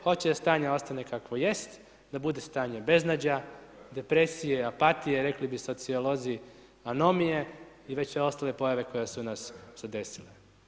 Hoće da stanje ostane kakvo jest, da bude stanje beznađa, depresije, apatije, rekli bi sociolozi, anomije i već sve ostale pojave koje su nas zadesile.